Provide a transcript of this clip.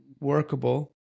workable